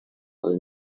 will